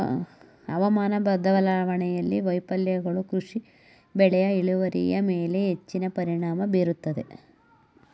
ಹವಾಮಾನ ಬದಲಾವಣೆಯ ವೈಫಲ್ಯಗಳು ಕೃಷಿ ಬೆಳೆಯ ಇಳುವರಿಯ ಮೇಲೆ ಹೆಚ್ಚಿನ ಪರಿಣಾಮ ಬೀರುತ್ತದೆ